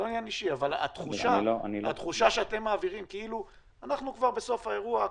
אבל התחושה שאתם מעבירים כאילו שאנחנו כבר בסוף האירוע,